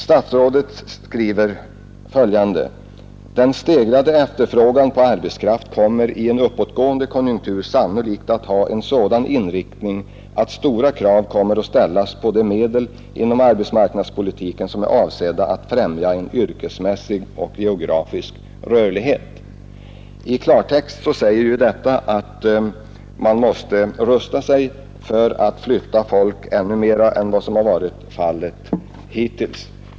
Statsrådet skriver följande: ”Den stegrade efterfrågan på arbetskraft kommer i en uppåtgående konjunktur sannolikt att ha en sådan inriktning att stora krav kommer att ställas på de medel inom arbetsmarknadspolitiken som är avsedda att främja en yrkesmässig och geografisk rörlighet.” I klartext säger detta att man måste rusta sig för att flytta folk ännu mera än vad som har varit fallet hittills.